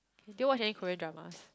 do you watch any Korean dramas